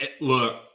look